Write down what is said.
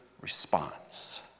response